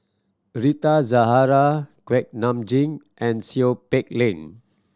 Rita Zahara Kuak Nam Jin and Seow Peck Leng